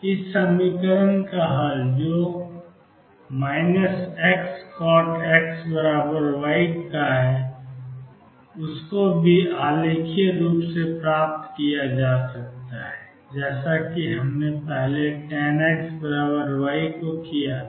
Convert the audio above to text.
इस समीकरण का हल जो कि ऋण Xcot X Y है को भी आलेखीय रूप से प्राप्त किया जा सकता है जैसा कि हमने पहले tan X Y के लिए किया था